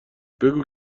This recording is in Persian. بگو